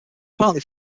partly